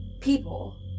People